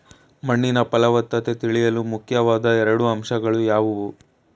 ಮಣ್ಣಿನ ಫಲವತ್ತತೆ ತಿಳಿಯಲು ಮುಖ್ಯವಾದ ಎರಡು ಅಂಶಗಳು ಯಾವುವು?